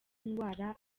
indwara